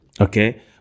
okay